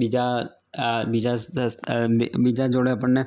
બીજા બીજા દસ બીજા જોડે આપણને